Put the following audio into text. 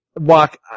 Walk